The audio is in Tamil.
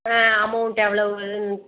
ஆ அமௌண்ட் எவ்வளோவு